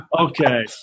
okay